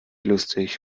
lustig